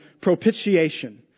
propitiation